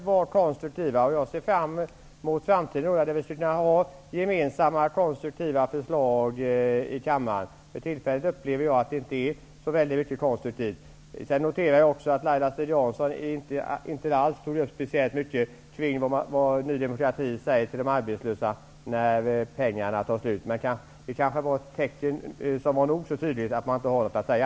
Fru talman! Jag tycker också att vi skall vara konstruktiva. Jag ser fram emot när vi skall kunna ha gemensamma konstruktiva förslag i kammaren. För tillfället upplever jag att det inte finns så mycket som är konstruktivt. Jag noterade också att Laila Strid-Jansson inte alls tog upp speciellt mycket av vad Ny demokrati skall säga till de arbetslösa när pengarna har tagit slut. Men det kanske var ett tecken som var nog så tydligt på att man inte har något att säga.